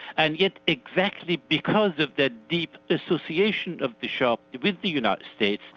and yet exactly because of that deep association of the shah with the united states,